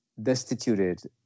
destituted